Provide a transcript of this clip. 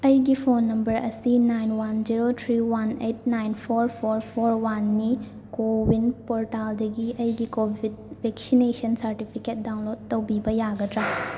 ꯑꯩꯒꯤ phone number ꯑꯁꯤ nine one zero three one eight nine four four four ꯋꯥꯟꯅꯤ CoWIN ꯄꯣꯔꯇꯥꯜꯗꯒꯤ ꯑꯩꯒꯤ ꯀꯣꯚꯤꯠ ꯚꯦꯛꯁꯤꯅꯦꯁꯟ ꯁꯥꯔꯇꯤꯐꯤꯀꯦꯠ ꯗꯥꯎꯟꯂꯣꯠ ꯇꯧꯕꯤꯕ ꯌꯥꯒꯗ꯭ꯔꯥ